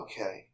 Okay